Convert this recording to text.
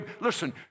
Listen